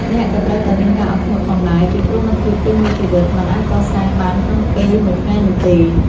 អ្នកក៏ត្រូវតែមានការអត់ធ្មត់ផងដែរ ពីព្រោះមិត្តភាពពេញមួយជីវិតមិនអាចកសាងបានក្នុងពេលមួយថ្ងៃនោះទេ។